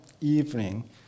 evening